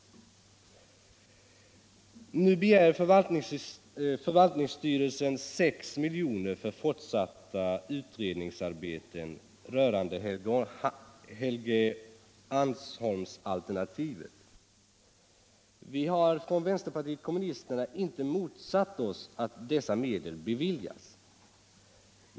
Nu begär förvaltningsstyrelsen 6 milj.kr. för fortsatta utredningsarbeten rörande Helgeandsholmsalternativet. Vi som tillhör vänsterpartiet kommunisterna har inte motsatt oss alt dessa medel beviljas.